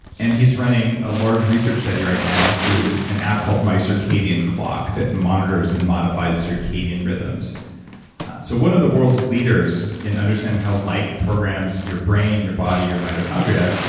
and he is running a large research study right now through an app called my circadian clock that monitors and modifies circadian rhythms so one of the world's leaders in understanding how light programs your brain, your body your mitochondria,